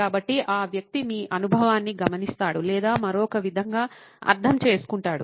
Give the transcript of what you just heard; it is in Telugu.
కాబట్టి ఆ వ్యక్తి మీ అనుభవాన్ని గమనిస్తాడు లేదా మరొక విధంగా అర్ధంచేసుకుంటాడు